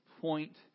point